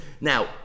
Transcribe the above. Now